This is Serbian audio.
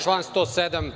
Član 107.